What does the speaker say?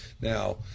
Now